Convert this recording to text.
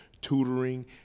tutoring